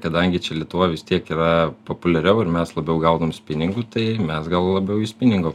kadangi čia lietuvoj vis tiek yra populiariau ir mes labiau gaudom spiningu tai mes gal labiau į spiningo